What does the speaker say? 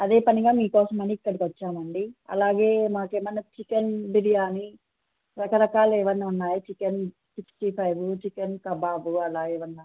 అదే పనిగా మీకోసం అని ఇక్కడికి వచ్చామండి అలాగే మాకేమైనా చికెన్ బిర్యానీ రకరకాల ఏమైనా ఉన్నాయా chicken sixty five chicken kebab అలా ఏమైనా